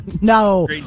No